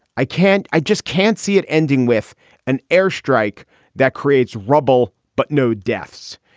i can't i just can't see it ending with an airstrike that creates rubble, but no deaths.